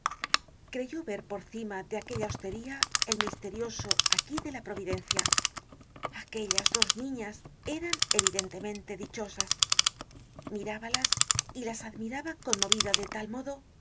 creyó ver por cima de aquella hostería el misterioso aquí de la providencia aquellas dos niñas eran evidentemente dichosas mirábalas y las admiraba conmovida de tal modo